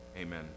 Amen